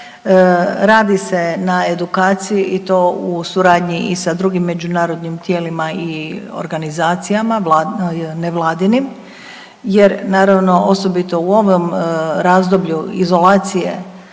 radi se na edukaciji i to u suradnji i sa drugim međunarodnim tijelima i organizacijama nevladinim jer naravno osobito u ovom razdoblju izolacije